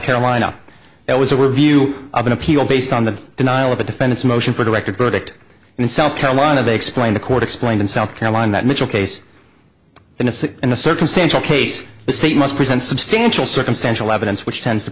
carolina that was a review of an appeal based on the denial of a defense motion for directed verdict in south carolina they explain the court explained in south carolina that mitchell case innocent and the circumstantial case the state must present substantial circumstantial evidence which tends to